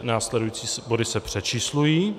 Následující body se přečíslují.